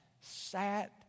sat